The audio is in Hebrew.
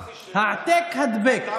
העתק-הדבק,